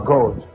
God